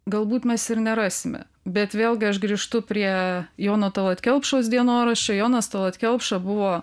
galbūt mes ir nerasime bet vėlgi aš grįžtu prie jono tallat kelpšos dienoraščio jonas tallat kelpša buvo